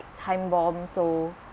time bomb so